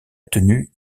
tenue